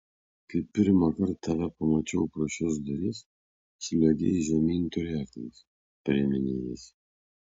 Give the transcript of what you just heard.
kai pirmąkart tave pamačiau pro šias duris sliuogei žemyn turėklais priminė jis